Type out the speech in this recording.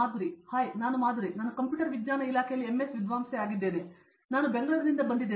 Madhuri hi ನಾನು ಮಾಧುರಿ ನಾನು computer ವಿಜ್ಞಾನ ಇಲಾಖೆಯಲ್ಲಿ ಎಂಎಸ್ ವಿದ್ವಾಂಸೆ ಆಗಿದ್ದೇನೆ ನಾನು ಬೆಂಗಳೂರಿನಿಂದ ಬಂದಿದ್ದೇನೆ